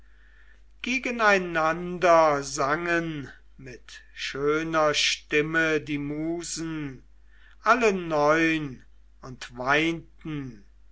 gegeneinander sangen mit schöner stimme die musen alle neun und weinten